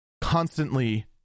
constantly